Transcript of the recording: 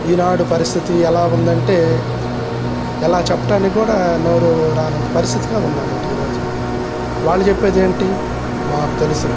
ఈనాడు పరిస్థితి ఎలా ఉందంటే ఎలా చెప్పటానికి కూడా నోరు రానంత పరిస్థితిగా ఉంది అన్నమాట ఈరోజు వాళ్ళు చెప్పేది ఏంటి మాకు తెలుసు